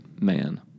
man